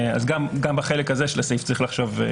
גם בחלק הזה של הסעיף צריך לחשוב.